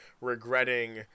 regretting